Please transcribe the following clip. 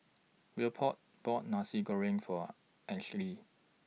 Leopold bought Nasi Goreng For Ansley